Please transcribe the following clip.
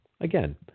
Again